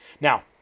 Now